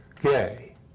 gay